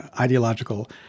ideological